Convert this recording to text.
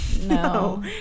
No